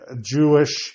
Jewish